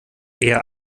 eher